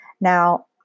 Now